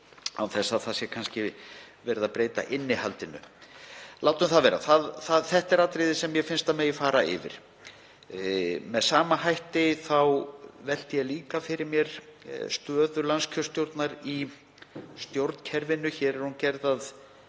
án þess að verið sé að breyta innihaldinu. Látum það vera. Það er atriði sem mér finnst að fara megi yfir. Með sama hætti velti ég líka fyrir mér stöðu landskjörstjórnar í stjórnkerfinu. Hér er hún gerð að